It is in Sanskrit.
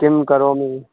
किं करोमि